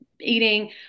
eating